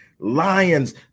Lions